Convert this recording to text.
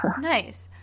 Nice